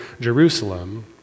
Jerusalem